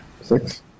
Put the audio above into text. Six